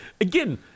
Again